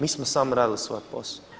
Mi smo samo radili svoja posao.